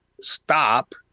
Stop